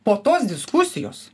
po tos diskusijos